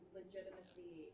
legitimacy